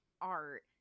art